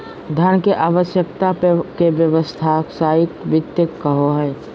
धन के आवश्यकता के व्यावसायिक वित्त कहो हइ